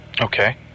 okay